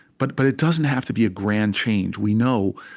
but but it doesn't have to be a grand change. we know,